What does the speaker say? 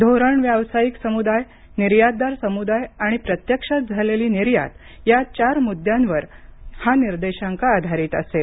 धोरण व्यावसायिक समुदाय निर्यातदार समुदाय आणि प्रत्यक्षात झालेली निर्यात या चार मुद्द्यांवर हा निर्देशांक आधारित असेल